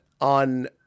on